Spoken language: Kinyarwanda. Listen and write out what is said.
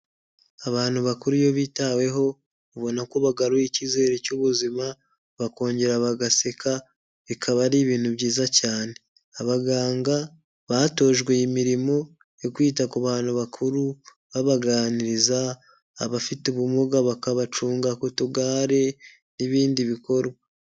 Abantu baku iyo bitaweho ubonako bagaruye ikizere cyubuzima, bakongera bagaseka, bikaba aribintu byiza cyane abaganga batojwe iyimirimo yo kwita ku bantu bakuru, babaganiriza abafite ubumuga bakabacunga kutugare n'ibindi bikorwa.